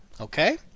Okay